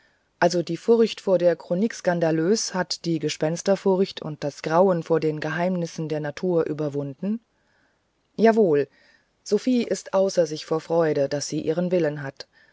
also die furcht vor der chronique scandaleuse hat die gespensterfurcht und das grauen vor den geheimnissen der natur überwunden jawohl sophie ist außer sich vor freude daß sie ihren willen hat